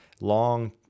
long